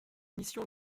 missions